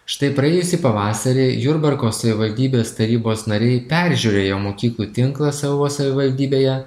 štai praėjusį pavasarį jurbarko savivaldybės tarybos nariai peržiūrėjo mokyklų tinklą savo savivaldybėje